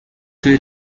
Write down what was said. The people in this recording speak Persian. توی